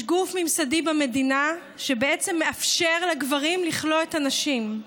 יש גוף ממסדי במדינה שבעצם מאפשר לגברים לכלוא את הנשים.